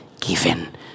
given